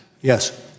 Yes